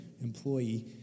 employee